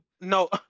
No